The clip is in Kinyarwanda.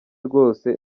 rwose